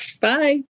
Bye